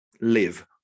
live